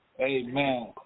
Amen